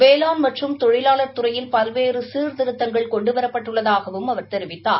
வேளாண் மற்றும் தொழிலாளர் துறையில் பல்வேறு சீர்திருத்தங்கள் கொண்டுவரப்பட்டுள்ளதாகவும் அவர் தெரிவித்தார்